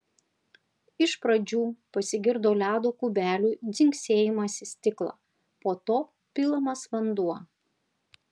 iš pradžių pasigirdo ledo kubelių dzingsėjimas į stiklą po to pilamas vanduo